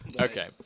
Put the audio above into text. Okay